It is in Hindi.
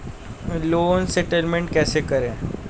लोन सेटलमेंट कैसे करें?